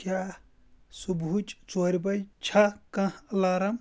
کیاہ صُبحٕچ ژورِ بجہِ چھا کانٛہہ الارَم